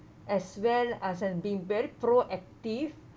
as well as in being very proactive